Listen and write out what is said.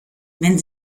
wenn